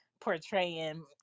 portraying